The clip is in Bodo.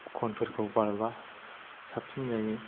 खनफोरखौ बारबा साबसिन जायो